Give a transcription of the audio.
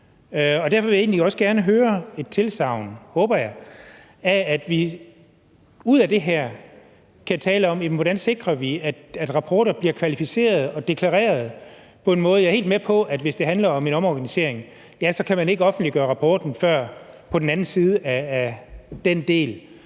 det håber jeg jeg kan få, at vi kan få det ud af det her, at vi kan tale om, hvordan vi sikrer, at rapporter på en måde bliver kvalificeret og deklareret. Jeg er helt med på, at hvis det handler om en omorganisering, kan man ikke offentliggøre rapporten før på den anden side af den del.